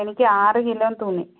എനിക്ക് ആറു കിലോ തുണി